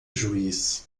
juiz